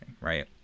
right